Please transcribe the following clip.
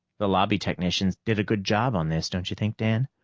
the lobby technicians did a good job on this, don't you think, dan?